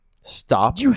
Stop